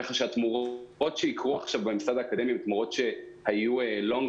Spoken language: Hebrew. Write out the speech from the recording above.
לכן התמורות שייקרו עכשיו בממסד האקדמי הן תמורות שציפו להן מזה